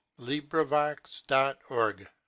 LibriVox.org